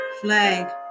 flag